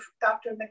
Dr